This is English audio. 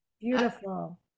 Beautiful